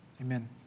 Amen